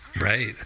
Right